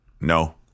No